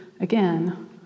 again